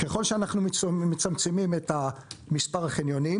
ככל שאנחנו מצמצמים את מספר החניונים